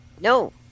No